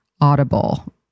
audible